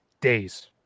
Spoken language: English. days